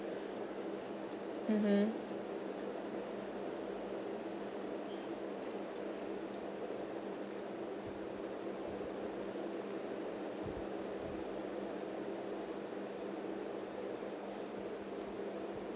mmhmm